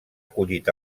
collit